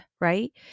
right